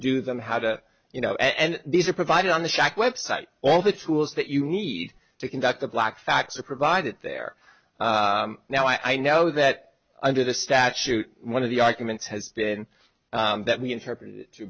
do them how to you know and these are provided on the shack website all the tools that you need to conduct the black facts are provided there now i know that under the statute one of the arguments has been that we interpret to